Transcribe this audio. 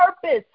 purpose